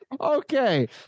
Okay